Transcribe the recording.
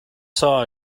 saw